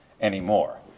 anymore